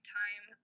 time